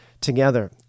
together